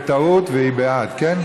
בטעות, והיא בעד, כן?